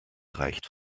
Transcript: reicht